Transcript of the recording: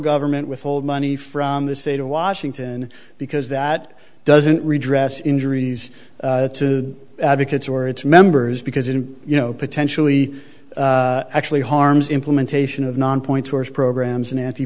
government withhold money from the state of washington because that doesn't redress injuries to advocates or its members because it is you know potentially actually harms implementation of non point source programs and